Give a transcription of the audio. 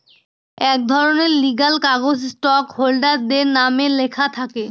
এক ধরনের লিগ্যাল কাগজ স্টক হোল্ডারদের নামে লেখা থাকে